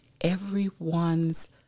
everyone's